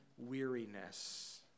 weariness